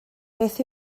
beth